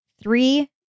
three